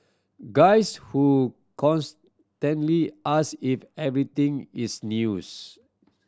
guys who constantly ask if everything is news